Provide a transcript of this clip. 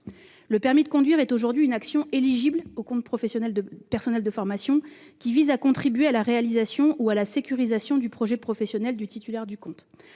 au permis de conduire est aujourd'hui une action éligible au CPF, dans la mesure où elle contribue à la réalisation ou à la sécurisation du projet professionnel du titulaire du compte.